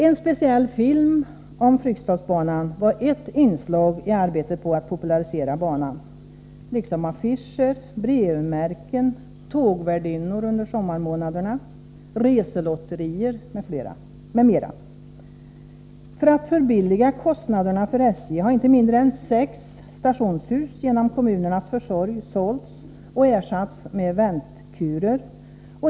En speciell film om Fryksdalsbanan är ett inslag i arbetet på att popularisera banan liksom affischer, brevmärken, tågvärdinnor under sommarmånaderna, reselotterier m.m. För att minska kostnaderna för SJ har inte mindre än sex stationshus genom kommunernas försorg sålts och ersatts med väntkurer.